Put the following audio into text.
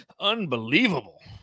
Unbelievable